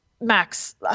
Max